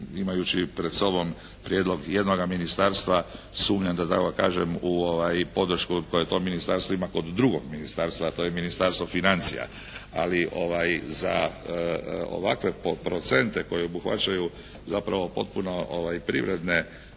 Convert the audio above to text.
imajući pred sobom prijedlog jednoga ministarstva sumnjam da tako kažem u podršku koje to ministarstvo ima kod drugog ministarstva, a to je Ministarstvo financija. Ali za ovakve procente koji obuhvaćaju zapravo potpuno privredne